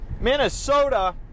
Minnesota